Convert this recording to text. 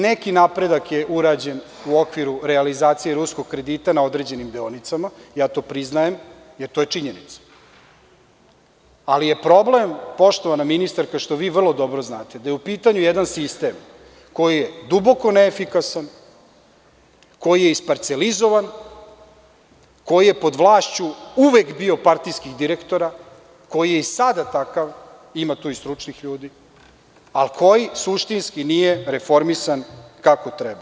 Neki napredak je urađen u okviru realizacije ruskog kredita na određenim deonicama, ja to priznajem, jer to je činjenica, ali je problem, poštovana ministarka, što vi vrlo dobro znate, da je u pitanju jedan sistem koji duboko neefikasan, koji je isparcelizovan, koji je pod vlašću uvek bio partijskih direktora, koji je i sada takav, ima tu i stručnih ljudi, ali koji suštinski nije reformisan kako treba?